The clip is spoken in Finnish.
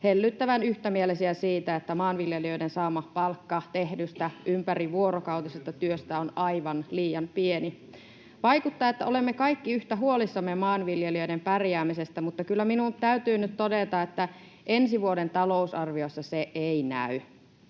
hellyttävän yksimielisiä siitä, että maanviljelijöiden saama palkka tehdystä ympärivuorokautisesta työstä on aivan liian pieni. Vaikuttaa siltä, että olemme kaikki yhtä huolissamme maanviljelijöiden pärjäämisestä, mutta kyllä minun täytyy nyt todeta, että ensi vuoden talousarviossa se ei näy.